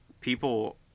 people –